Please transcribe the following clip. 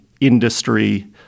industry